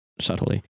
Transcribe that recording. subtly